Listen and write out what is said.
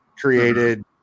created